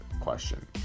question